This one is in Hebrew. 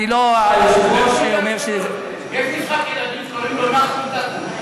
היושב-ראש אומר, יש משחק ילדים שנקרא "נחום תקום".